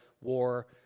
war